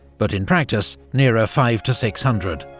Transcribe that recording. but in practice, nearer five to six hundred.